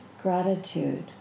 gratitude